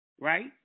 right